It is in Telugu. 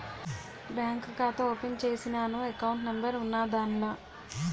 బ్యాంకు ఖాతా ఓపెన్ చేసినాను ఎకౌంట్ నెంబర్ ఉన్నాద్దాన్ల